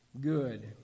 good